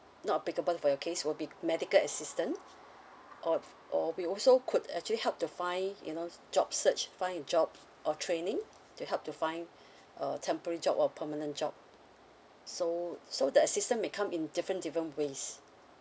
not applicable for your case will be medical assistance or or we also could actually help to find you know job search find a job or training to help to find a temporary job or permanent job so so the assistance may come in different different ways